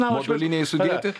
moduliniai sudėti